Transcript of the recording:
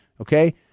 okay